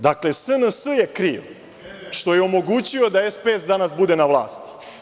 Dakle, SNS je kriv što je omogućio da SPS danas bude na vlasti.